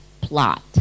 plot